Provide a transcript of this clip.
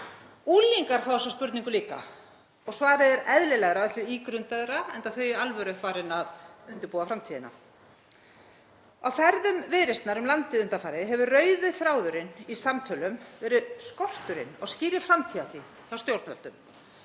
Unglingar fá þessa spurningu líka. Svarið er eðlilega öllu ígrundaðra, enda þau í alvöru farin að undirbúa framtíðina. Á ferðum Viðreisnar um landið undanfarið hefur rauði þráðurinn í samtölum verið skorturinn á skýrri framtíðarsýn hjá stjórnvöldum.